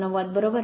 89 बरोबर